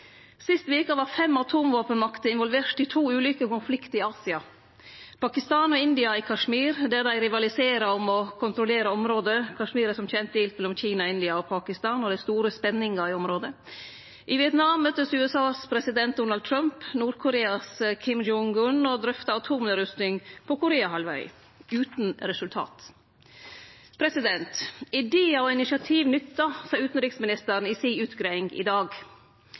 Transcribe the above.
Sist veke var fem atomvåpenmakter involverte i to ulike konfliktar i Asia: Pakistan og India i Kashmir, der dei rivaliserer om å kontrollere området – Kashmir er som kjend delt mellom Kina, India og Pakistan, og det er store spenningar i området. I Vietnam møttest USAs president Donald Trump og Nord-Koreas Kim Jong-un og drøfta atomnedrusting på Koreahalvøya, utan resultat. Idear og initiativ nyttar, sa utanriksministeren i utgreiinga si i dag.